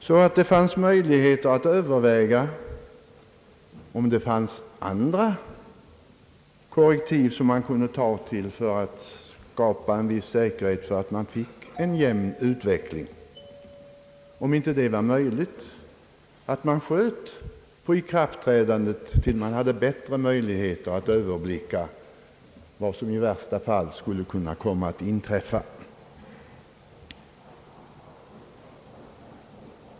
Därigenom ges det möjligheter att överväga, om det finns andra korrektiv att ta till i syfte att skapa en viss säkerhet för att det blir en jämn utveckling. Om dessa överväganden inte leder till önskat resultat, kan ikraftträdandet uppskjutas till dess att man har bättre möjligheter att överblicka vad som i värsta fall skulle kunna inträffa.